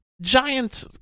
giant